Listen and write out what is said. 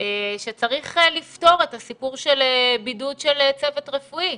שצריך לפתור את הסיפור של בידוד של צוות רפואי.